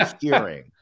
hearing